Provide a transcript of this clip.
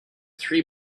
three